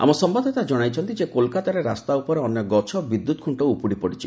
ଆମ ସମ୍ଭାଦଦାତା ଜଣାଇଛନ୍ତି ଯେ କୋଲକାତାରେ ରାସ୍ତା ଉପରେ ଅନେକ ଗଛ ଓ ବିଦ୍ୟୁତ୍ଖୁଣ୍ଟ ଉପୁଡ଼ି ପଡ଼ିଛି